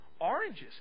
Oranges